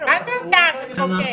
מה זה "אתה המחוקק"?